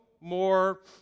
more